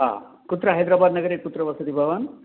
कुत्र हैदराबाद्नगरे कुत्र वसति भवान्